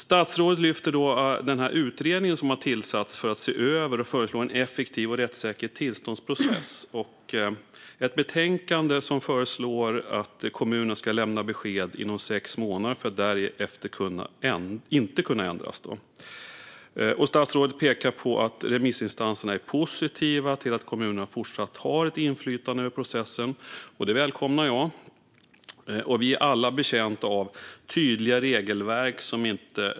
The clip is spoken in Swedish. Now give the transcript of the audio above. Statsrådet lyfter fram den utredning som har tillsatts för att se över frågan och föreslå en rättssäker och effektiv tillståndsprocess. Ett betänkande föreslår att kommuner ska lämna besked inom sex månader som därefter inte ska kunna ändras. Statsrådet pekar på att remissinstanserna är positiva till att kommunerna fortsatt har ett inflytande över processen, och det välkomnar jag. Vi är alla betjänta av tydliga regelverk.